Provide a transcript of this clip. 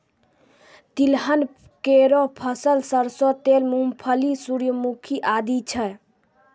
तिलहन केरो फसल सरसों तेल, मूंगफली, सूर्यमुखी आदि छै